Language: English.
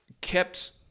kept